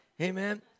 Amen